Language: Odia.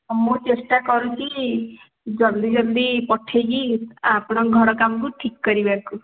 ହଁ ମୁଁ ଚେଷ୍ଟା କରୁଛି ଜଲ୍ଦି ଜଲ୍ଦି ପଠାଇକି ଆପଣଙ୍କ ଘର କାମକୁ ଠିକ୍ କରିବାକୁ